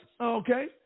Okay